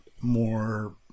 more